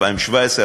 2017,